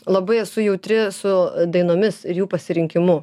labai esu jautri su dainomis ir jų pasirinkimu